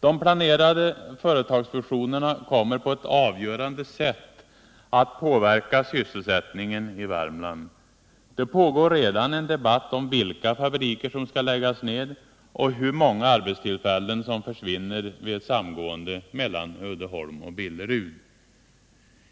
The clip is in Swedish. De planerade företagsfusionerna kommer på ett avgörande sätt att påverka sysselsättningen i Värmland. Det pågår redan en debatt om vilka fabriker som skall läggas ned och hur många arbetstillfällen som försvinner vid ett samgående mellan Uddeholm och Billerud.